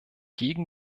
gegen